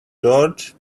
george